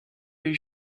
les